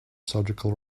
surgical